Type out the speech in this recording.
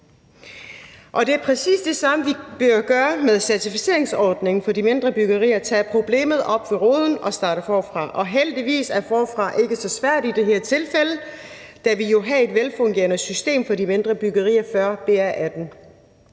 Det er præcis det samme, vi gør med certificeringsordningen for de mindre byggerier, altså river problemet op med rod og starter forfra. Og heldigvis er dette ikke så svært i det her tilfælde, da vi jo havde et velfungerende system for de mindre byggerier før BR18.